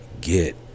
get